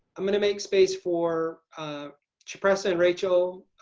i'm going to make space for shpressa and rachel.